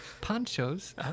Ponchos